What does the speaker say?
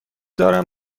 دارم